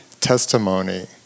testimony